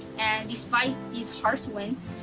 and despite these harsh winds,